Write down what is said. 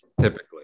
typically